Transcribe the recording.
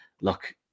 look